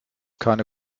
keine